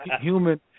human